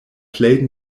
plej